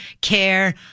care